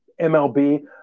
MLB